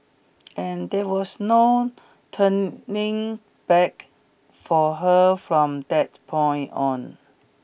and there was no turning back for her from that point on